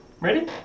Ready